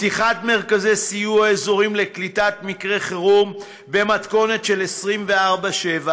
פתיחת מרכזי סיוע אזוריים לקליטת מקרי חירום במתכונת של 24/7,